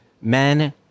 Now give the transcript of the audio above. men